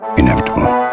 inevitable